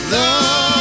Love